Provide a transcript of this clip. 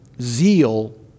zeal